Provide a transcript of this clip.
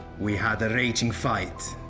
we had a raging fight,